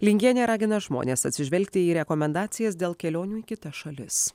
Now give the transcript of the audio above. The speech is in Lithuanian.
lingienė ragina žmones atsižvelgti į rekomendacijas dėl kelionių į kitas šalis